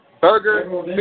Burger